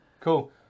Cool